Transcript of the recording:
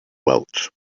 welch